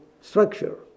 structure